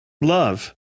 love